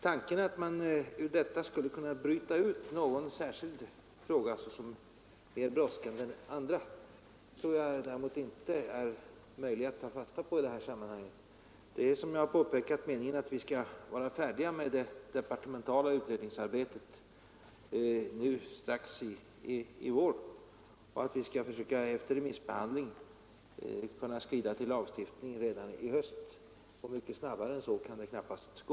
Tanken att man ur detta sammanhang skulle kunna bryta ut någon särskild fråga som mer brådskande än andra tror jag däremot inte är möjlig att ta fasta på. Det är, som jag påpekat, meningen att vi skall vara färdiga med det departementala utredningsarbetet under våren och att vi skall försöka efter remissbehandling skrida till lagstiftning redan i höst. Mycket snabbare än så kan det knappast gå.